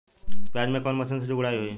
प्याज में कवने मशीन से गुड़ाई होई?